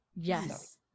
yes